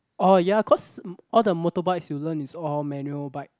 orh ya cause all the motor bikes you learn is all manual bike